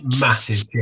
massive